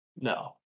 No